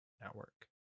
network